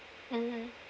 mmhmm